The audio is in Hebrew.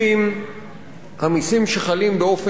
המסים שחלים באופן אחיד על כולם,